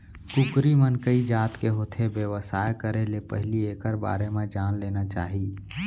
कुकरी मन कइ जात के होथे, बेवसाय करे ले पहिली एकर बारे म जान लेना चाही